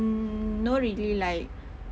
mm no really like